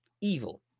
Evil